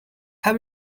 have